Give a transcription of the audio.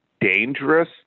dangerous